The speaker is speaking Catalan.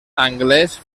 anglès